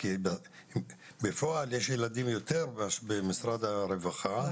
כי בפועל יש יותר ילדים במשרד הרווחה,